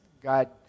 God